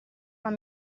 alla